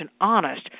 honest